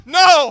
no